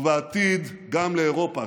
ובעתיד גם לאירופה,